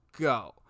go